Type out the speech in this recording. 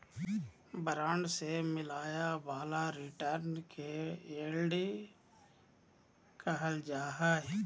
bond से मिलय वाला रिटर्न के यील्ड कहल जा हइ